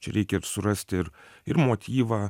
čia reikia ir surasti ir ir motyvą